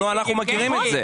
אנחנו מכירים את זה.